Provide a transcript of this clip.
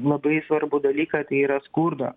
labai svarbų dalyką tai yra skurdo